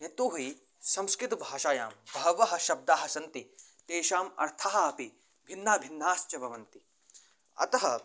यतो हि संस्कृतभाषायां बहवः शब्दाः सन्ति तेषाम् अर्थः अपि भिन्नाः भिन्नाश्च भवन्ति अतः